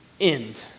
end